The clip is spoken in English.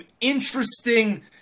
interesting